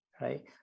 right